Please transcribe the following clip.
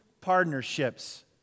partnerships